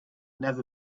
never